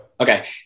Okay